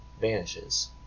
vanishes